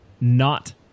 not-